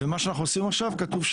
בחוק נכתב: